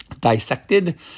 dissected